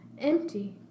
empty